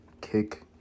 Kick